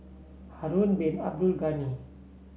Harun Bin Abdul Ghani